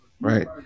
right